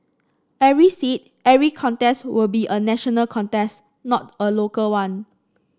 every seat every contest will be a national contest not a local one